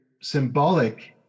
symbolic